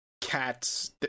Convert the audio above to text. cats